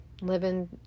living